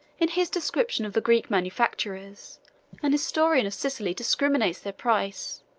in his description of the greek manufactures, an historian of sicily discriminates their price,